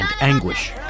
anguish